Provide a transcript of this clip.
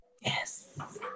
Yes